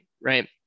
right